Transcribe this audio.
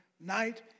night